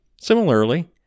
Similarly